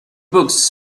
books